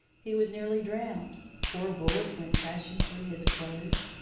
he was nearly drowned, four bullets went crashing through his clothes,